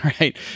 right